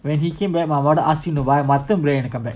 when he came back my mother ask him why வருத்தம்:varutham the comeback